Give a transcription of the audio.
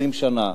20 שנה.